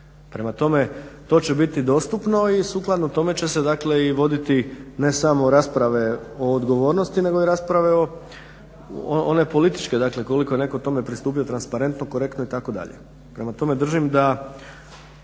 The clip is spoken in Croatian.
Prema tome, to će biti dostupno i sukladno tome će se dakle i voditi ne samo rasprave o odgovornosti nego i rasprave one političke. Dakle, koliko je netko tome pristupio transparentno, korektno itd. Prema tome, držim ni